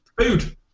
food